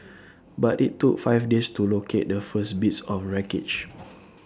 but IT took five days to locate the first bits of wreckage